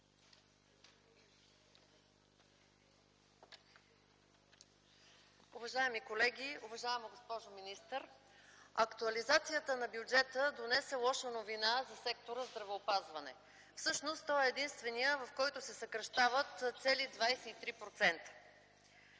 Уважаеми колеги, уважаема госпожо министър! Актуализацията на бюджета донесе лоша новина за сектора „Здравеопазване”. Всъщност той е единственият, в който се съкращават цели 23%.